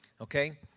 okay